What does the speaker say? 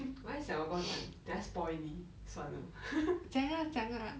我还想我不要讲等一下 spoil 你算了